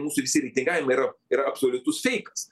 mūsų visi reitingavimai yra yra absoliutus feikas